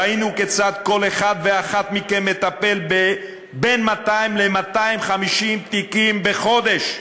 ראינו כיצד כל אחד ואחת מכם מטפל בבין 200 ל-250 תיקים בחודש.